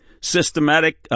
Systematic